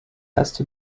erste